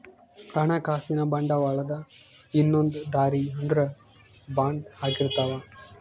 ಹಣಕಾಸಿನ ಬಂಡವಾಳದ ಇನ್ನೊಂದ್ ದಾರಿ ಅಂದ್ರ ಬಾಂಡ್ ಆಗಿರ್ತವ